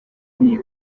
n’iyi